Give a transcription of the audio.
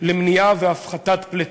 למניעה והפחתת פליטות.